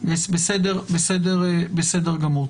בסדר גמור.